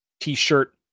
t-shirt